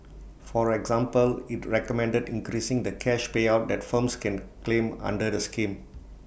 for example IT recommended increasing the cash payout that firms can claim under the scheme